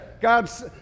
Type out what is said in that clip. God's